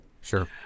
Sure